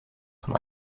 for